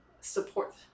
support